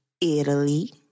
Italy